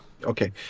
Okay